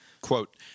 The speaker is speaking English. Quote